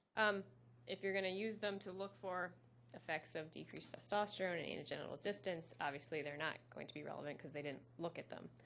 um if you're going to use them to look for effects of decreased testosterone, and anal-genital distance, obviously they're not going to be relevant because they didn't look at them.